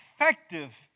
effective